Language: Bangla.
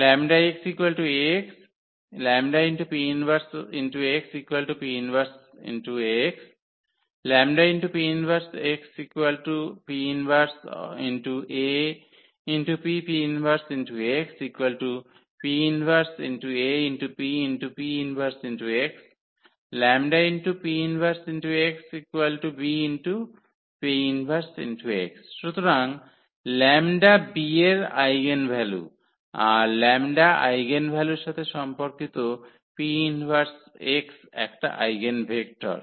সুতরাং λ B এর আইগেনভ্যালু আর λ আইগেনভ্যালুর সাথে সম্পর্কিত 𝑃−1 x একটা আইগেনভেক্টর